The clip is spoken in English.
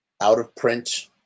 out-of-print